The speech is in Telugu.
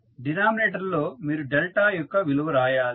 డినామినేటర్ లో మీరు డెల్టా యొక్క విలువ రాయాలి